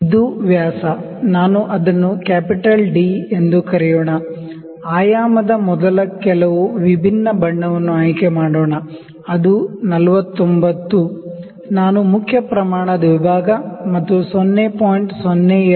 ಇದು ವ್ಯಾಸ ನಾವು ಅದನ್ನು ಕ್ಯಾಪಿಟಲ್ ಡಿ ಎಂದು ಕರೆಯೋಣ ಡೈಮೆನ್ಶನ್ ಮಾಡುವ ಮೊದಲು ಕೆಲವು ವಿಭಿನ್ನ ಬಣ್ಣವನ್ನು ಆಯ್ಕೆ ಮಾಡೋಣ ಅದು 49 ನಾನು ಮೇನ್ ಸ್ಕೇಲ್ ದ ವಿಭಾಗ ಮತ್ತು 0